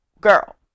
girl